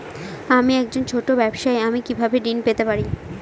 আমি একজন ছোট সব্জি ব্যবসায়ী আমি কিভাবে ঋণ পেতে পারি?